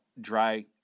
dry